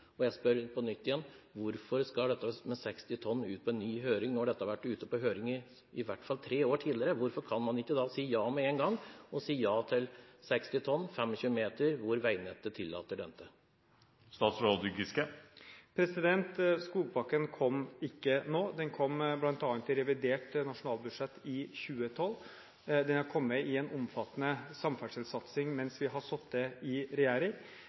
Og jeg spør på nytt: Hvorfor skal forslaget om 60 tonn ut på ny høring, når det tidligere har vært på høring i i hvert fall tre år? Hvorfor kan man ikke med en gang si ja til vogntog med totalvekt 60 tonn og 25 meters lengde der veinettet tillater det? Skogpakken kom ikke nå, den kom bl.a. i revidert nasjonalbudsjett i 2012. Den har kommet i en omfattende samferdselssatsing mens vi har sittet i regjering.